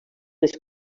les